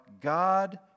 God